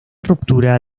ruptura